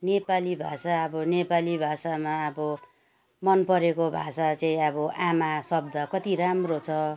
नेपाली भाषा अब नेपाली भाषामा अब मन परेको भाषा चाहिँ अब आमा शब्द कति राम्रो छ